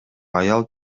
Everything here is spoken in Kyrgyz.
аял